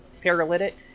paralytic